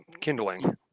Kindling